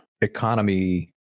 economy